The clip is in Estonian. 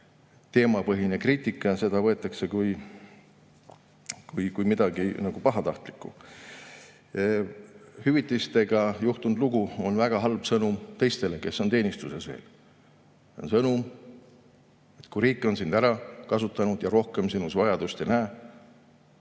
teemapõhine kriitika, võetakse seda ikka kui midagi pahatahtlikku. Hüvitistega juhtunud lugu on väga halb sõnum teistele, kes on veel teenistuses. See on sõnum: kui riik on sind ära kasutanud ja rohkem sinu järele vajadust ei näe,